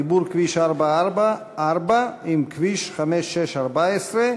חיבור כביש 444 עם כביש 5614,